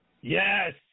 yes